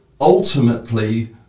ultimately